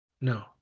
No